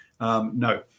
No